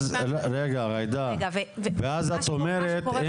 ואז את אומרת,